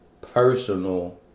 personal